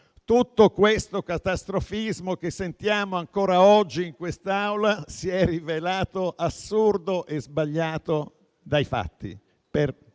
Tutto il catastrofismo che sentiamo ancora oggi in quest'Aula si è rivelato assurdo e sbagliato nei fatti,